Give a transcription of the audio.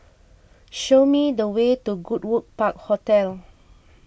show me the way to Goodwood Park Hotel